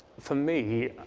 for me.